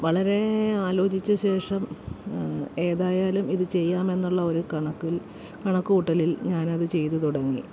വളരേ ആലോജിച്ച ശേഷം ഏതായാലും ഇത് ചെയ്യാമെന്നുള്ള ഒരു കണക്കിൽ കണക്കു കൂട്ടലിൽ ഞാൻ അത് ചെയ്ത് തുടങ്ങി